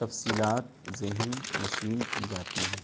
تفصیلات ذہن نشین کی جاتی ہے